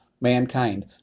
mankind